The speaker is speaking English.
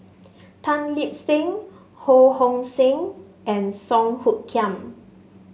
Tan Lip Seng Ho Hong Sing and Song Hoot Kiam